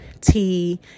tea